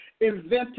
invented